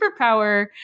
superpower